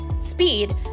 Speed